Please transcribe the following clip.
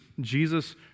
Jesus